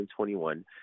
2021